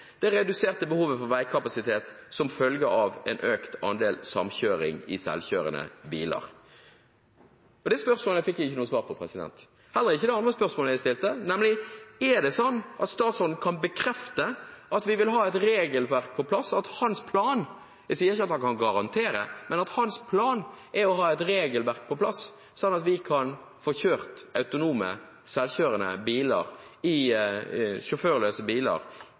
det reduserte behovet for veikapasitet som følge av en økt andel samkjøring i selvkjørende biler? Det spørsmålet fikk jeg ikke svar på, og heller ikke på det andre spørsmålet jeg stilte: Er det sånn at statsråden kan bekrefte at vi vil ha et regelverk på plass, at hans plan – jeg spør ikke om han kan garantere det – er å ha et regelverk på plass sånn at vi kan kjøre autonome, selvkjørende, sjåførløse, biler i